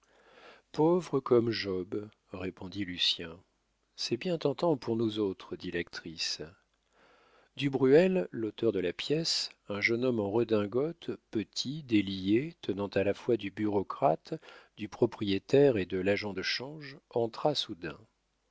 pauvre comme job répondit lucien c'est bien tentant pour nous autres dit l'actrice du bruel l'auteur de la pièce un jeune homme en redingote petit délié tenant à la fois du bureaucrate du propriétaire et de l'agent de change entra soudain